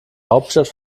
hauptstadt